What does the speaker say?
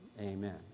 Amen